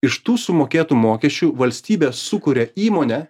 iš tų sumokėtų mokesčių valstybė sukuria įmonę